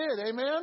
amen